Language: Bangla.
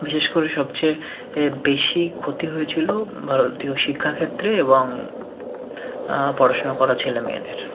বিশেষ করে সবচেয়ে এ বেশি ক্ষতি হয়েছিলো ভারতীয় শিক্ষাক্ষেত্রে এবং পড়াশুনা করা ছেলে মেয়েদের